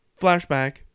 flashback